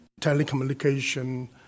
telecommunication